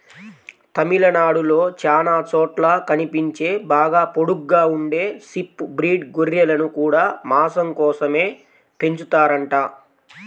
తమిళనాడులో చానా చోట్ల కనిపించే బాగా పొడుగ్గా ఉండే షీప్ బ్రీడ్ గొర్రెలను గూడా మాసం కోసమే పెంచుతారంట